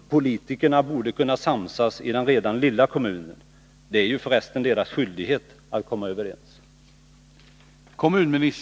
Politikerna borde kunna samsas i den redan lilla kommunen. Det är ju förresten deras skyldighet att komma överens.”